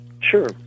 Sure